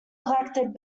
collected